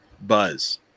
buzz